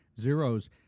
zeros